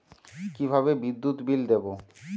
কিভাবে বিদ্যুৎ বিল দেবো?